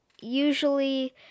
usually